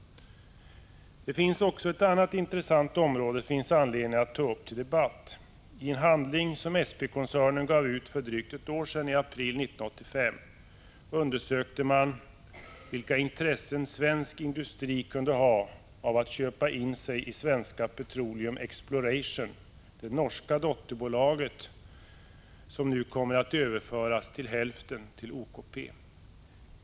Det finns också ett annat intressant område, som det finns anledning att ta upp till debatt. I en handling som SP-koncernen gav ut för drygt ett år sedan, i april 1985, undersökte man vilka intressen svensk industri kunde ha av att köpa in sig i Svenska Petroleum Exploration, det norska dotterbolaget, som nu kommer att överföras till hälften till OKP.